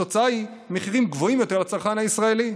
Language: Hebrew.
התוצאה היא מחירים גבוהים יותר לצרכן הישראלי,